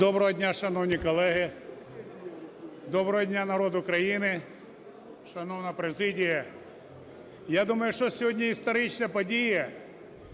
Доброго дня, шановні колеги. Доброго дня, народ України, шановна президія. Я думаю, що сьогодні історична подія,